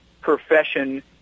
profession